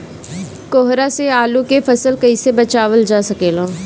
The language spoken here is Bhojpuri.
कोहरा से आलू के फसल कईसे बचावल जा सकेला?